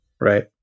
Right